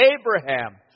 Abraham